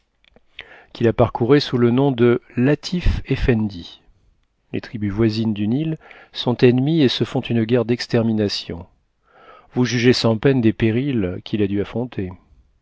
qui la parcourait sous le nom de latif effendi les tribus voisines du nil sont ennemies et se font une guerre d'extermination vous jugez sans peine des périls qu'il a dû affronter